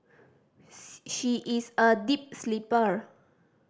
she is a deep sleeper